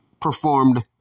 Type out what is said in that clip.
Performed